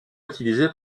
utilisé